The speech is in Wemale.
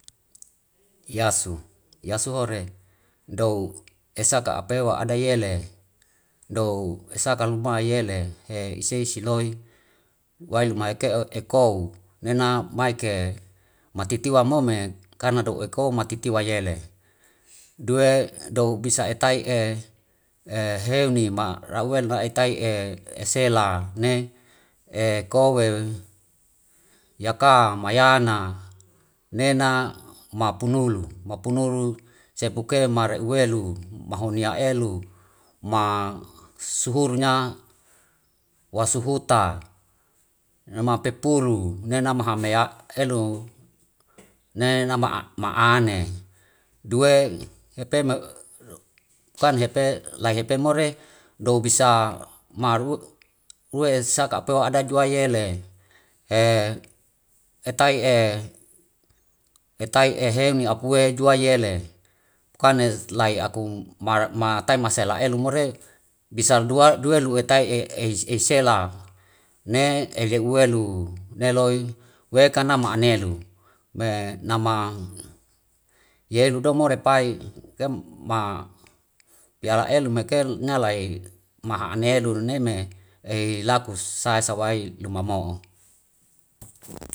Yasu, yasu hore dou esaka wa apewa adai yele dou esaka luma yele hei isei siloi wai luma eke'o ekou nena maike matitiwa mome kana dou eko matitiwa yele. Due dou bisa etai'e heuni ma rawel na etai esela ne eko weu yaka mayana nena mapunulu, mapunulu sepuke mar uwelu, mahunia elu masuhurnya wasuhuta nema pepulu nenama hamea elu nena ma ane. Due epe kan hepe lai hepe more dou bisa ma uwesaka peu ada jua yele he etai'e eheuni apuwe juwai yele kan lai aku matai masela elu more bisa duelu etai ei sela ne el ye uwelu neloi weka nama anelu. Me nama yelu do more pai ma pia la elu meke nalai maha ane yelu neme ei laku sai sawai luma mo'o.